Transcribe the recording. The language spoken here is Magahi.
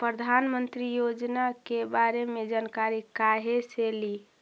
प्रधानमंत्री योजना के बारे मे जानकारी काहे से ली?